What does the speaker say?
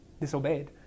disobeyed